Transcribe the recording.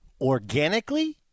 organically